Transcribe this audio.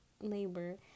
labor